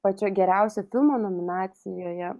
pačio geriausio filmo nominacijoje